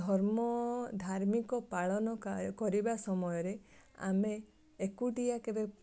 ଧର୍ମ ଧାର୍ମିକ ପାଳନ କରିବା ସମୟରେ ଆମେ ଏକୁଟିଆ କେବେ